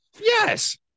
Yes